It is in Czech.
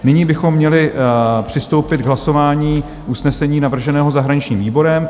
Nyní bychom měli přistoupit k hlasování usnesení navrženém zahraničním výborem.